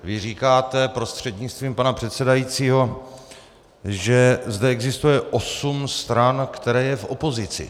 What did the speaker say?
Vy říkáte, prostřednictvím pana předsedajícího, že zde existuje osm stran, které jsou v opozici.